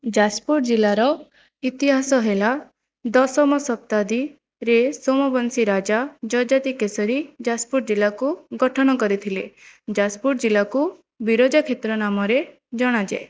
ଯାଜପୁର ଜିଲ୍ଲାର ଇତିହାସ ହେଲା ଦଶମ ଶତାବ୍ଦୀରେ ସୋମବଂଶୀ ରାଜା ଯଯାତି କେଶରୀ ଯାଜପୁର ଜିଲ୍ଲାକୁ ଗଠନ କରିଥିଲେ ଯାଜପୁର ଜିଲ୍ଲାକୁ ବିରଜାକ୍ଷେତ୍ର ନାମରେ ଜଣାଯାଏ